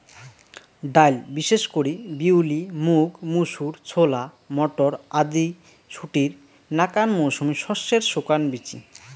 ডাইল বিশেষ করি বিউলি, মুগ, মুসুর, ছোলা, মটর আদি শুটির নাকান মৌসুমী শস্যের শুকান বীচি